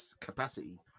capacity